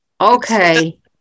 Okay